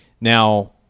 Now